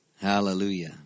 Hallelujah